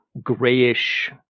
grayish